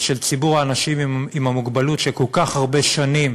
של ציבור האנשים עם המוגבלות, שכל כך הרבה שנים